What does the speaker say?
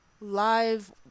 live